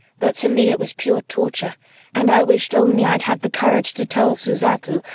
but to me it was pure torture and i wished only i'd had the courage to tell suzaku,